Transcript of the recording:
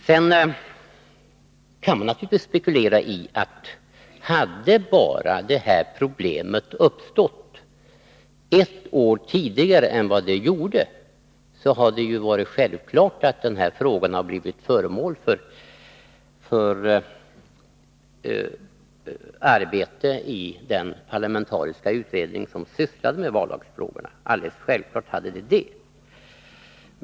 Sedan kan man naturligtvis spekulera på följande sätt: Hade bara de här problemen uppstått ett år tidigare än de gjorde hade det varit självklart att frågorna blivit föremål för uppmärksamhet i den parlamentariska utredning som sysslat med vallagsfrågorna. Det är alldeles självklart!